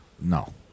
No